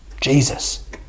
Jesus